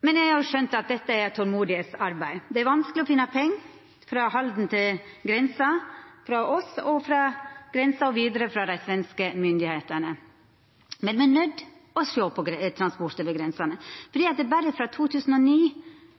Men eg har skjønt at dette er eit tolmodsarbeid, for det er vanskeleg å finna pengar til strekninga Halden–grensa hos oss og til strekninga frå grensa og vidare hos dei svenske myndigheitene. Men me er nøydde til å sjå på transport over grensa, for i 2009 hadde me 3 500 godstog – i 2014 var det